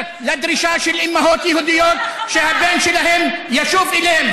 לדרישה של אימהות יהודיות שהבן שלהן ישוב אליהן.